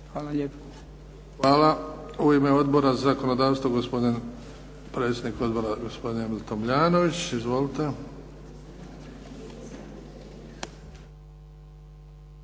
Luka (HDZ)** Hvala, u ime Odbora za zakonodavstvo gospodin predsjednik Odbora, gospodin Emil Tomljanović. Izvolite.